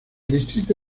distrito